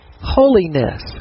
Holiness